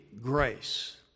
grace